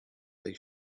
they